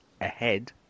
ahead